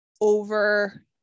over